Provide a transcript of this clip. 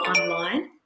online